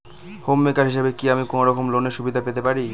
Home maker হিসেবে কি আমি কোনো রকম লোনের সুবিধা পেতে পারি?